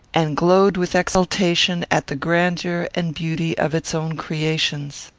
and glowed with exultation at the grandeur and beauty of its own creations.